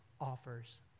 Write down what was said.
offers